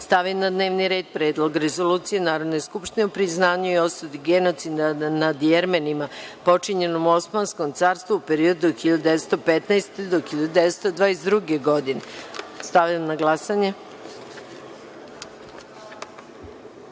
stavi na dnevni red Predlog rezolucije Narodne skupštine o priznavanju i osudi genocida nad Jermenima počinjenom u Osmanskom carstvu u periodu od 1915. do 1922. godine. Stavljam